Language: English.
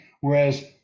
Whereas